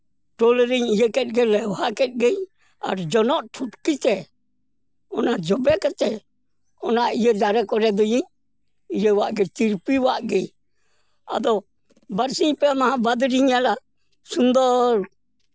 toll ᱨᱤᱧ ᱞᱮᱣᱦᱟ ᱠᱮᱫ ᱜᱤᱧ ᱟᱨ ᱡᱚᱱᱚᱜ ᱴᱷᱩᱴᱠᱤ ᱛᱮ ᱚᱱᱟ ᱡᱚᱵᱮ ᱠᱟᱛᱮᱜ ᱚᱱᱟ ᱫᱟᱨᱮ ᱠᱚᱨᱮ ᱫᱚᱭᱤᱧ ᱤᱭᱟᱹ ᱟᱜ ᱜᱮ ᱛᱤᱨᱯᱤ ᱟᱫᱜᱮ ᱟᱫᱚ ᱵᱟᱨᱥᱤᱧ ᱯᱮ ᱢᱟᱦᱟ ᱵᱟᱫᱽᱨᱤᱧ ᱧᱮᱞᱟ ᱥᱩᱱᱫᱚᱨ